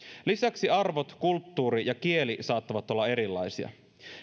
lisäksi arvot kulttuuri ja kieli saattavat olla erilaisia